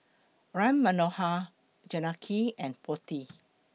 Ram Manohar Janaki and Potti